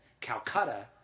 Calcutta